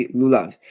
lulav